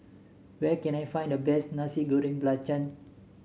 where can I find the best Nasi Goreng Belacan